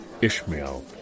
Ishmael